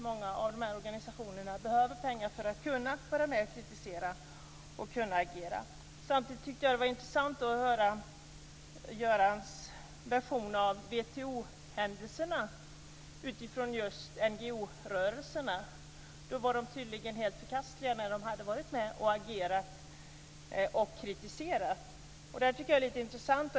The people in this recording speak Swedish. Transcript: Många av dessa organisationer behöver pengar för att kunna vara med och kritisera och agera. Samtidigt tyckte jag att det var intressant att höra WTO-mötet och NGO:erna. De var tydligen helt förkastliga när de hade varit med och agerat och kritiserat. Det tycker jag är lite intressant.